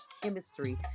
chemistry